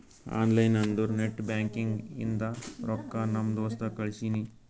online ಅಂದುರ್ net banking ಇಂದ ರೊಕ್ಕಾ ನಮ್ ದೋಸ್ತ್ ಕಳ್ಸಿನಿ